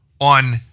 on